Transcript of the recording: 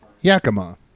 Yakima